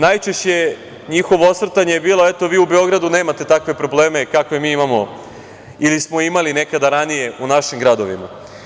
Najčešće njihovo osvrtanje je bilo – eto, vi u Beogradu nemate takve probleme kakve mi imamo ili smo imali nekada ranije u našim gradovima.